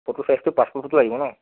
ফটোৰ ছাইজটো passport photo লাগিব ন